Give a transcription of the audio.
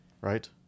right